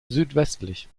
südwestlich